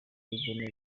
bible